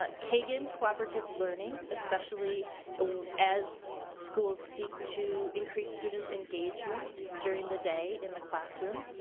ah kagan cooperative learning, especially as schools seek to increase students' engagement during the day in the classroom.